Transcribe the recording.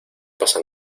pasa